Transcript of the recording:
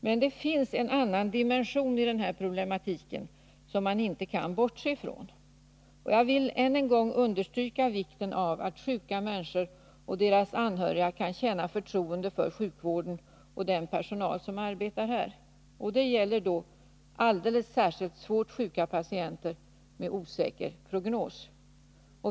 Men det finns en annan dimension i den här problematiken, som man inte kan bortse från. Jag vill än en gång understryka vikten av att sjuka människor och deras anhöriga kan känna förtroende för sjukvården och den personal som arbetar där. Det gäller alldeles särskilt svårt sjuka patienter med osäker prognos.